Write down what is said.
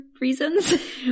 reasons